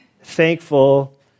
thankful